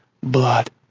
blood